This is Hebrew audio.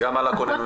גם על הכוננויות?